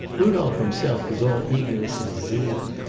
rudolph himself was all eagerness and zeal.